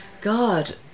God